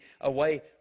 away